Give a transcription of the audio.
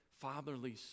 fatherly